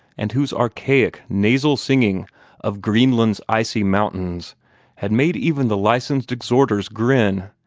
and whose archaic nasal singing of greenland's icy mountains had made even the licensed exhorters grin!